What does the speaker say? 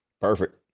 Perfect